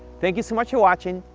thank you so much for watching.